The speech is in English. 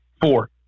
four